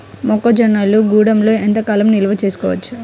మొక్క జొన్నలు గూడంలో ఎంత కాలం నిల్వ చేసుకోవచ్చు?